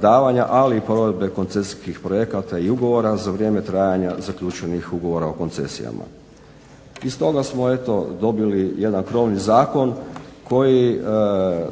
davanja ali i provedbe koncesijskih projekata i ugovora za vrijeme trajanja zaključenih ugovora o koncesijama. I stoga smo dobili jedan krovni zakon koji